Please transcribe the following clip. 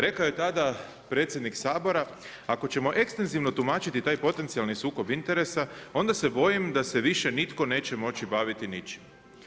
Rekao je tada predsjednik Sabora, „Ako ćemo ekstenzivno tumačiti taj potencijalni sukob interesa onda se bojim da se više nitko neće moći baviti ničim“